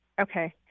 Okay